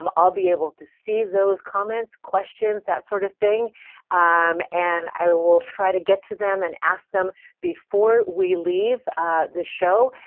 um i'll be able to see those comments, questions, that sort of thing um and i will will try to get to them and ask them before we leave the show.